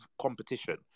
competition